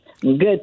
good